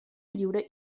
lliure